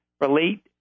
relate